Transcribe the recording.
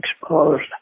exposed